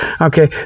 okay